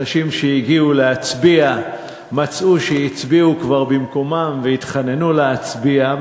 אנשים שהגיעו להצביע מצאו שהצביעו כבר במקומם והתחננו להצביע.